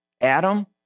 Adam